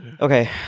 Okay